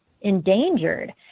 endangered